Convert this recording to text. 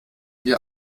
wir